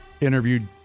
interviewed